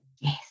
Yes